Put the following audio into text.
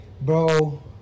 bro